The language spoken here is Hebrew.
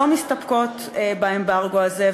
לא מסתפקות באמברגו הזה,